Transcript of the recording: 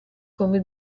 come